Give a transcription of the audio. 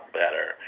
better